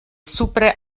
supre